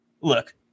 Look